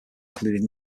included